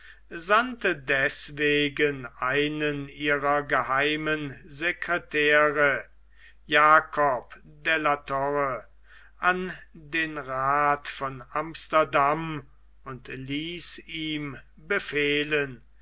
sandte deßwegen einen ihrer geheimen sekretäre jakob de la torre an den rath von amsterdam und ließ ihm befehlen